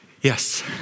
Yes